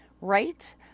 right